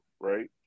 right